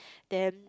then